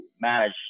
manage